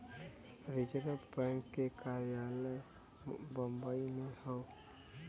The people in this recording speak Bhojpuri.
रिज़र्व बैंक के कार्यालय बम्बई में हौ